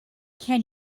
can